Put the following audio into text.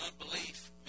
unbelief